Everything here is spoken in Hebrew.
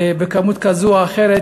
במספר כזה או אחר,